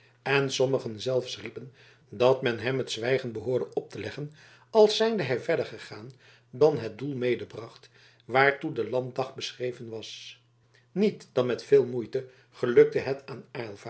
en sommigen zelfs riepen dat men hem het zwijgen behoorde op te leggen als zijnde hij verder gegaan dan het doel medebracht waartoe de landdag beschreven was niet dan met veel moeite gelukte het aan